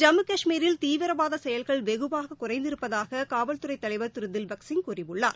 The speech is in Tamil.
ஜம்மு கஷ்மீரில் தீவிரவாத செயல்கள் வெகுவாக குறைந்திருப்பதாக காவல்துறை தலைவர் திரு தில்பக் சிங் கூறியுள்ளார்